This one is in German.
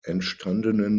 entstandenen